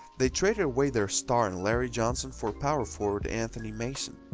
they traded away their star in larry johnson for power forward anthony mason.